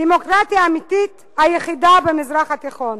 הדמוקרטיה האמיתית היחידה במזרח התיכון.